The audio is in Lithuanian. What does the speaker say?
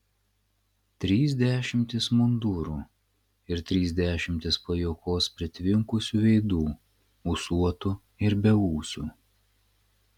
trys dešimtys mundurų ir trys dešimtys pajuokos pritvinkusių veidų ūsuotų ir beūsių